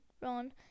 Ron